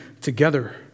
together